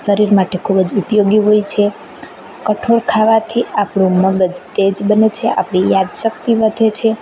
શરીર માટે ખૂબ જ ઉપયોગી હોય છે કઠોળ ખાવાથી આપણું મગજ તેજ બને છે આપણી યાદશક્તિ વધે છે